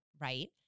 right